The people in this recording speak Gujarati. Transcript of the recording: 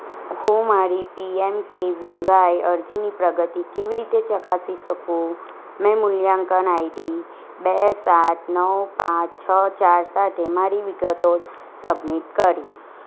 હું મારી P M K V Y અરજીની પ્રગતિ કેવી રીતે ચકાસી શકું મેં મૂલ્યાંકન આઈડી બે સાત નવ પાંચ છ ચાર સાથે મારી વિગતો સબમિટ કરી